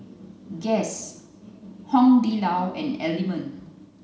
guess Hong Di Lao and Element